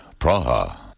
Praha